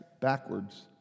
backwards